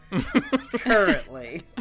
Currently